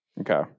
Okay